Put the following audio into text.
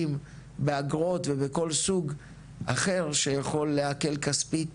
באגרות ובכל סוג אחר שיכול להקל כספית